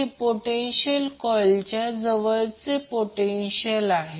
म्हणून येथे √3 10 मग्निट्यूड ते इम्पेडन्स 10 आहे